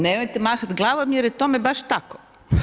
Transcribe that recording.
Nemojte mahat glavom jer je tome baš tako.